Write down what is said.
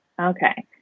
Okay